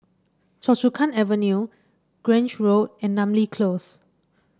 Choa Chu Kang Avenue Grange Road and Namly Close